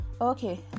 okay